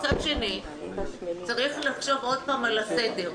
מצד שני צריך לחשוב שוב על הסדר.